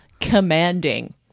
commanding